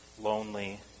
lonely